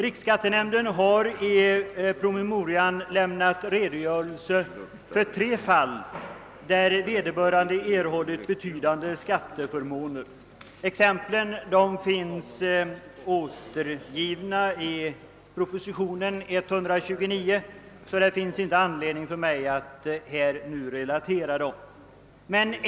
Riksskattenämnden har i promemorian lämnat redogörelse för tre fall där vederbörande erhållit betydande skatteförmåner — exemplen återfinnes i proposition nr 129, varför det inte finns anledning för mig att här nu relatera dem.